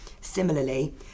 Similarly